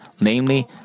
Namely